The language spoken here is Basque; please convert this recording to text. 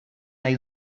nahi